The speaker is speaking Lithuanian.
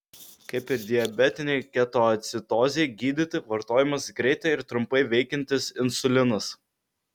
kaip ir diabetinei ketoacidozei gydyti vartojamas greitai ir trumpai veikiantis insulinas